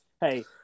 hey